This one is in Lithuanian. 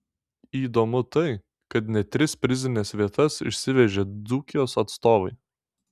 įdomu tai kad net tris prizines vietas išsivežė dzūkijos atstovai